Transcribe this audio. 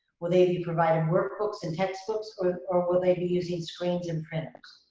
will they be provided work books and text books or or will they be using screens and printers?